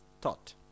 thought